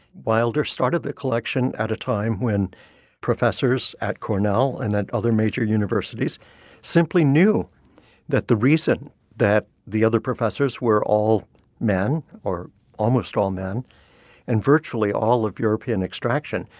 wilder started a collection at a time when professors at cornell and at other major universities simply knew that the reason that the other professors were all men or almost all men and virtually all of european extraction,